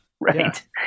right